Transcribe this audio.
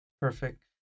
Perfect